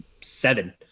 seven